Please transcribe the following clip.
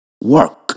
Work